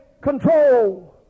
control